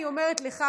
אני אומרת לך,